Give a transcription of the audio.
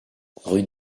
rue